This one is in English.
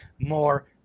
more